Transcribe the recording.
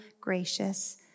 gracious